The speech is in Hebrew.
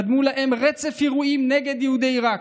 קדם להן רצף אירועים נגד יהודי עיראק.